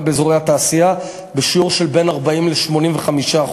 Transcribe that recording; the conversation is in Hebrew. באזורי התעשייה בשיעור שבין 40% ל-85%,